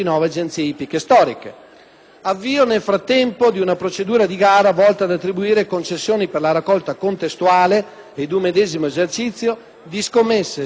l'avvio, nel frattempo, di una procedura di gara volta ad attribuire concessioni per la raccolta contestuale ed in un medesimo esercizio di scommesse sia sportive sia ippiche,